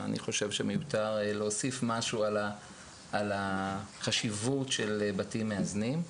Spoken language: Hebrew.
אני חושב שמיותר להוסיף משהו על החשיבות של בתים מאזנים.